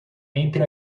entre